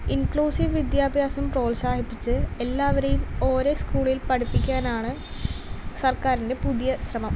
inclusive വിദ്യാഭ്യാസം പ്രോത്സാഹിപ്പിച്ച് എല്ലാവരെയും ഒരേ സ്കൂളിൽ പഠിപ്പിക്കാനാണ് സർക്കാരിൻ്റെ പുതിയ ശ്രമം